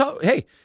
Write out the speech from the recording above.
Hey